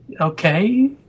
okay